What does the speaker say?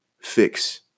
fix